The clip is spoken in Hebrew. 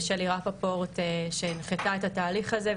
ושלי רפפורט שהנחתה את התהליך הזה.